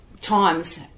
times